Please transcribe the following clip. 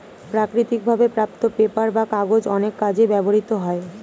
প্রাকৃতিক ভাবে প্রাপ্ত পেপার বা কাগজ অনেক কাজে ব্যবহৃত হয়